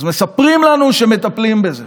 אז מספרים לנו שמטפלים בזה.